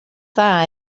dda